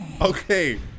Okay